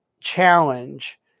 challenge